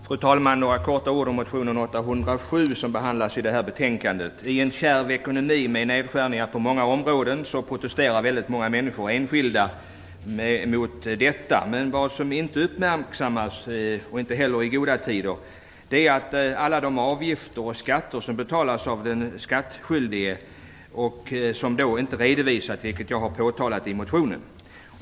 Fru talman! Jag vill säga några korta ord om motionen Sk807 som behandlas i betänkandet. I en kärv ekonomi med nedskärningar på många områden protesterar väldigt många människor och enskilda. Vad som inte uppmärksammas - inte heller i goda tider - är alla de avgifter och skatter som betalas av den skattskydlige och som inte redovisas, vilket jag har påtalat i motionen.